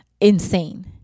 insane